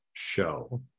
Show